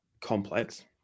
complex